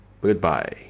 Goodbye